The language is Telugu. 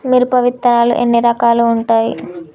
మిరప విత్తనాలు ఎన్ని రకాలు ఉంటాయి?